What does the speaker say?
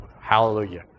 hallelujah